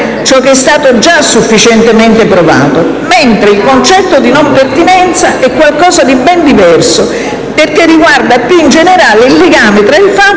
ciò che è stato già sufficientemente provato, mentre il concetto di non pertinenza è qualcosa di ben diverso, perché riguarda più in generale il legame tra il fatto